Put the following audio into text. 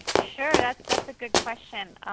sure, that's that's a good question.